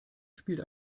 spielt